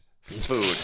Food